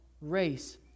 race